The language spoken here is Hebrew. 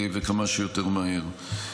וכמה שיותר מהר.